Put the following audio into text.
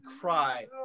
cry